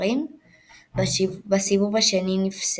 מונדיאל 2002,